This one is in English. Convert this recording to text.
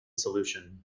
solution